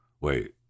wait